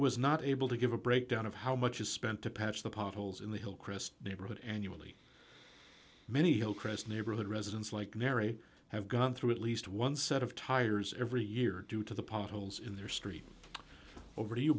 was not able to give a breakdown of how much is spent to patch the potholes in the hillcrest neighborhood annually many oh chris neighborhood residents like mary have gone through at least one set of tires every year due to the potholes in their street over to you